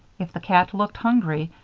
if the cat looked hungry,